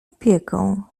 opieką